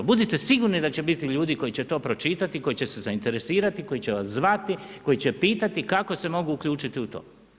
Budite sigurni da će biti ljudi koji će to pročitati, koji će se zainteresirati, koji će vas zvati, koji će pitati kako se mogu uključiti u to.